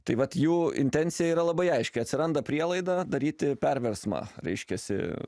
tai vat jų intencija yra labai aiški atsiranda prielaida daryti perversmą reiškiasi